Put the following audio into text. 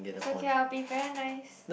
it's okay I'll be very nice